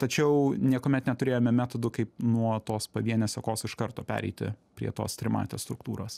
tačiau niekuomet neturėjome metodų kaip nuo tos pavienės sekos iš karto pereiti prie tos trimatės struktūros